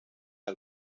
del